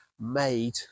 made